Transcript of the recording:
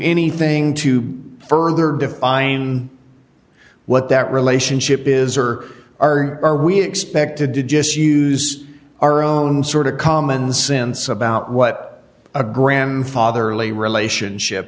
anything to further define what that relationship is or are are we expected to just use our own sort of common sense about what a grandfatherly relationship